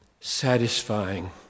satisfying